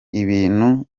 ibintu